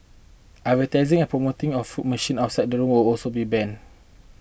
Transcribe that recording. advertising and promotion of fruit machines outside the rooms also be banned